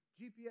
GPS